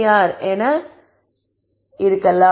ஆக இருக்கலாம் என்று சொல்லலாம்